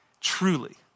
Truly